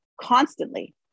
constantly